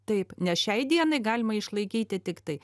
taip nes šiai dienai galima išlaikyti tiktai